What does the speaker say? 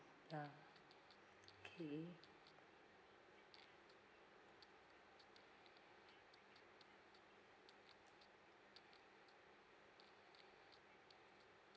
ya okay